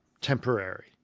temporary